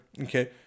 okay